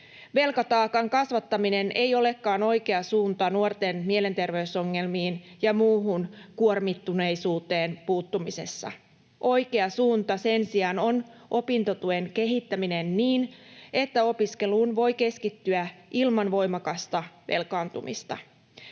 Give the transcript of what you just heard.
Velkataakan kasvattaminen ei olekaan oikea suunta nuorten mielenterveysongelmiin ja muuhun kuormittuneisuuteen puuttumisessa. Oikea suunta sen sijaan on opintotuen kehittäminen niin, että opiskeluun voi keskittyä ilman voimakasta velkaantumista.